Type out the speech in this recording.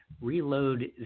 reload